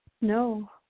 No